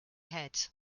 head